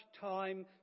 time